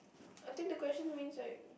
I think the question means like